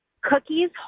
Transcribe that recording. Cookie's